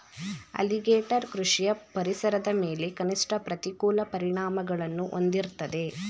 alligator ಕೃಷಿಯು ಪರಿಸರದ ಮೇಲೆ ಕನಿಷ್ಠ ಪ್ರತಿಕೂಲ ಪರಿಣಾಮಗಳನ್ನು ಹೊಂದಿರ್ತದೆ